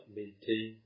maintain